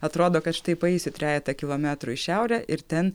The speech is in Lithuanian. atrodo kad štai paeisiu trejetą kilometrų į šiaurę ir ten